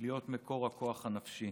להיות מקור הכוח הנפשי.